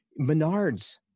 Menards